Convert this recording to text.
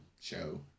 show